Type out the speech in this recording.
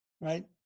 right